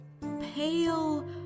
pale